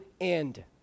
end